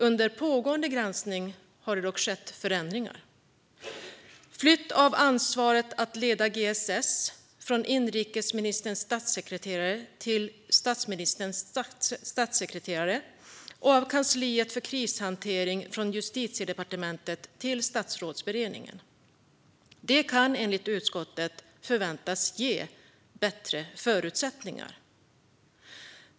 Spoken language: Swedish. Under pågående granskning har det skett förändringar. Ansvaret för att leda GSS har flyttats från inrikesministerns statssekreterare till statsministerns statssekreterare, och kansliet för krishantering har flyttats från Justitiedepartementet till Statsrådsberedningen. Detta kan enligt utskottet förväntas ge bättre förutsättningar.